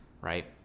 right